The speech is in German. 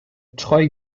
treu